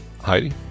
Heidi